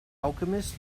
alchemist